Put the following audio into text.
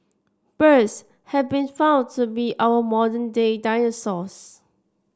birds have been found to be our modern day dinosaurs